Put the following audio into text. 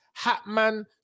Hatman